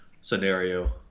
scenario